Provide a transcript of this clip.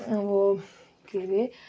अब के अरे